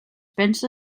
pensa